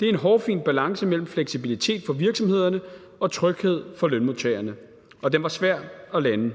Det er en hårfin balance mellem fleksibilitet for virksomhederne og tryghed for lønmodtagerne, og den var svær at lande.